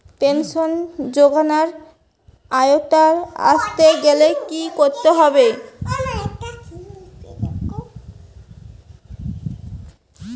Pension যজোনার আওতায় আসতে গেলে কি করতে হবে?